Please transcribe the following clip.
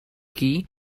key